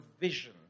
vision